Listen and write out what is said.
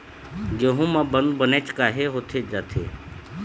गेहूं म बंद बनेच काहे होथे जाथे?